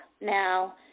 now